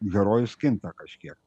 herojus kinta kažkiek